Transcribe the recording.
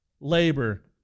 labor